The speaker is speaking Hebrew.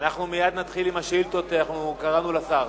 מייד נתחיל עם השאילתות, קראנו לשר.